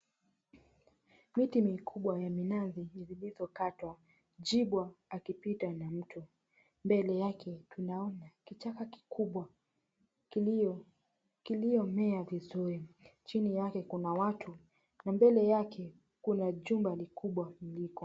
Miti mikubwa ya minazi zilizokatwa jibwa akipita na mtu. Mbele yake tunaona kichaka kikubwa kiliomea vizuri chini yake kuna watu na mbele yake kuna jumba likubwa liko